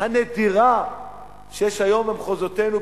הנדירה שיש היום במחוזותינו,